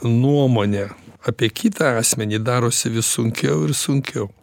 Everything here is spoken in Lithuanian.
nuomonę apie kitą asmenį darosi vis sunkiau ir sunkiau